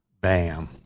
Bam